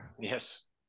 Yes